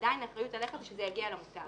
עדיין האחריות עליך שזה יגיע למוטב.